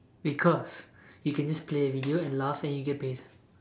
because you can just play a video and laugh and you get paid